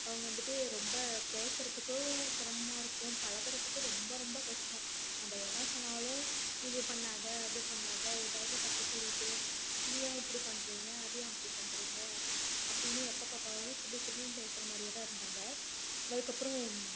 அவங்க வந்துட்டு ரொம்ப பேசுறத்துக்கும் சிரமமாக இருக்கும் பழகுவறதுக்கு ரொம்ப ரொம்ப கஷ்டம் நம்ப என்ன சொன்னாலும் இது பண்ணாதே அது பண்ணாதே ஏதாவது தப்பு சொல்லிட்டு இதை ஏன் இப்படி பண்ணுறீங்க அதை ஏன் அப்படி பண்ணுறீங்க அப்படினு எப்போ பார்த்தாலும் சிடுசிடுன்னு பேசுகிற மாதிரியே தான் இருந்தாங்க அதுக்கப்புறம்